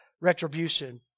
retribution